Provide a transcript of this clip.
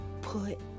put